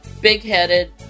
big-headed